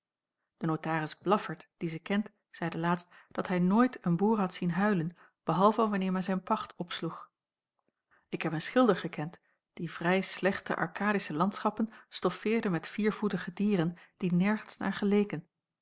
de notaris blaffert die ze kent zeide laatst dat hij nooit een boer had zien huilen behalve wanneer men zijn pacht opsloeg ik heb een schilder gekend die vrij slechte arkadische landschappen stoffeerde met viervoetige dieren die nergens naar geleken